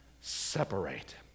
separate